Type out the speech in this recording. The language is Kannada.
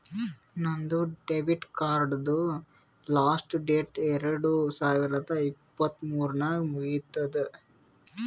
ನಂದ್ ಡೆಬಿಟ್ ಕಾರ್ಡ್ದು ಲಾಸ್ಟ್ ಡೇಟ್ ಎರಡು ಸಾವಿರದ ಇಪ್ಪತ್ ಮೂರ್ ನಾಗ್ ಮುಗಿತ್ತುದ್